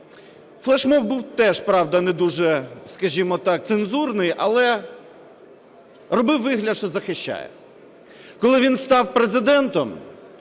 Флешмоб був теж, правда, не дуже, скажімо так, цензурний, але робив вигляд, що захищає. Коли він став Президентом,